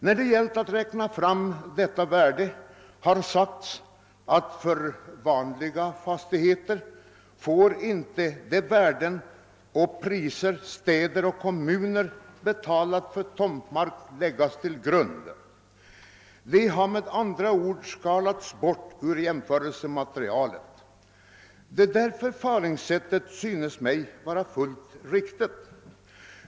När det då gällt att räkna fram detta värde har det sagts att för van liga fastigheter får inte de värden och priser som städer och kommuner har betalt för tomtmark läggas till grund. De priserna har med andra ord skalats bort ur jämförelsematerialet, ett förfaringssätt som synes mig helt riktigt.